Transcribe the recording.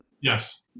yes